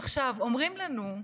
עכשיו, אומרים לנו,